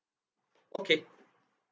okay